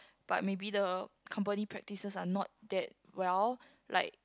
but maybe the company practices are not that well like